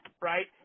right